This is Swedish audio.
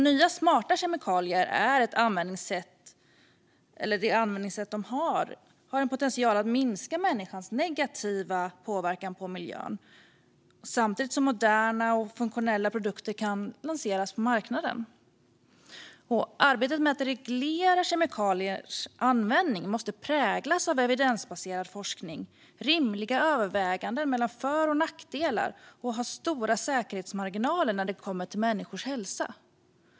Nya smarta kemikalier och användningssätt har potential att minska människans negativa påverkan på miljön, samtidigt som moderna och funktionella produkter kan lanseras på marknaden. Arbetet med att reglera kemikaliers användning måste präglas av evidensbaserad forskning och rimliga överväganden mellan för och nackdelar och ha stora säkerhetsmarginaler när det kommer till människors hälsa.